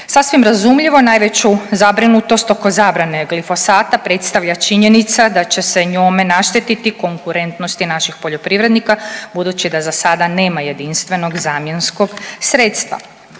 Sasvim razumljivo najveću zabranu tj. oko zabrane glifosata predstavlja činjenica da će se njome naštetiti konkurentnost i naših poljoprivrednika budući da za sada nema jedinstvenog zamjenskog sredstva.